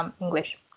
English